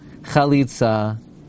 chalitza